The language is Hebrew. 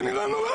זה נראה נורא,